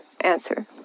answer